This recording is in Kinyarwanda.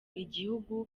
igihugu